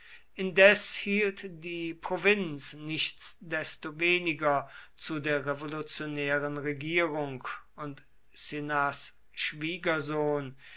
indes hielt die provinz nichtsdestoweniger zu der revolutionären regierung und cinnas schwiegersohn